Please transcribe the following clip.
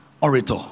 orator